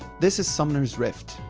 this is summoner's rift,